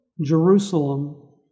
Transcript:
Jerusalem